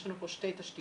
יש לנו פה שתי תשתיות,